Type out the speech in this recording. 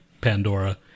Pandora